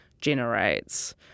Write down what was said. generates